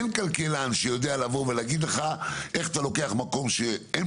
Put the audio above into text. אין כלכלן שיודע לבוא ולהגיד לך איך אתה לוקח מקום שאין